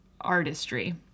artistry